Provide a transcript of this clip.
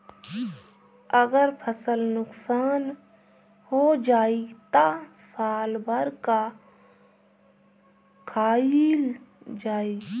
अगर फसल नुकसान हो जाई त साल भर का खाईल जाई